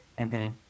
Okay